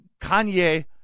Kanye